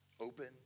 Open